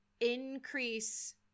increase